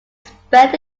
spent